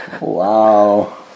Wow